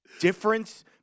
difference